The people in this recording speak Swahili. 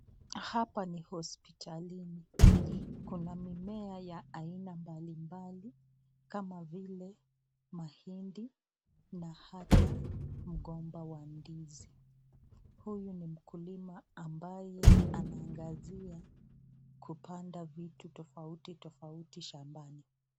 Hapa ni hospitalini, kuna mimea ya aina mbalj mbali kama vile mahindi, mgomba wa ndizi, huyu ni mkulima mabye anaangazia kupanda vitu tofauti tofauti shambani.